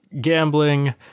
gambling